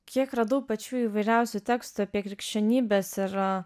kiek radau pačių įvairiausių tekstų apie krikščionybės ir